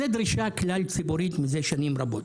זאת דרישה כלל ציבורית מזה שנים רבות.